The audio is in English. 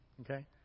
okay